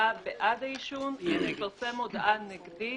למודעה בעד העישון תתפרסם מודעה נגדית